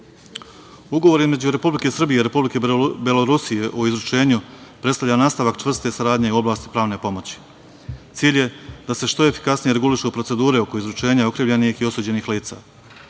između Republike Srbije i Republike Belorusije o izručenju predstavlja nastavak čvrste saradnje u oblasti pravne pomoći. Cilj je da se što efikasnije regulišu procedure oko izručenja okrivljenih i osuđenih lica.